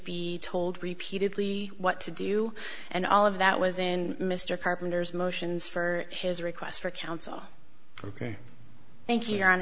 be told repeatedly what to do and all of that was in mr carpenter's motions for his requests for counsel ok thank you your hon